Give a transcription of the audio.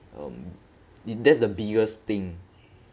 um it that's the biggest thing